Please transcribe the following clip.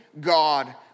God